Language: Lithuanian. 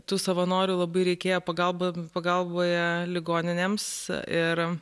tų savanorių labai reikėjo pagalba pagalboje ligoninėms ir